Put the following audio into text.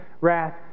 wrath